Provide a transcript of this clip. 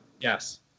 Yes